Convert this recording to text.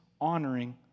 honoring